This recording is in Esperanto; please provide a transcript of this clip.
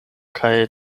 kaj